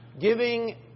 giving